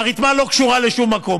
והרתמה לא קשורה לשום מקום.